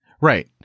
Right